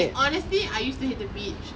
eh honestly I used to hate the beach